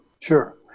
sure